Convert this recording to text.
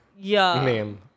name